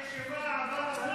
עבר הזמן.